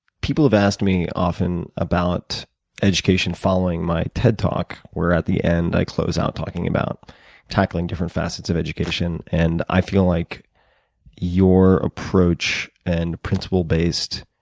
people have asked me often about education following my ted talk where, at the end, i close out talking about tackling different facets education. and i feel like your approach and principle-based